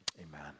Amen